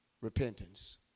repentance